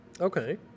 Okay